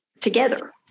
together